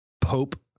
Pope